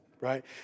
right